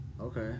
Okay